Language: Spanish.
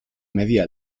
media